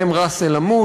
ובהן ראס-אל-עמוד,